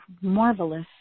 marvelous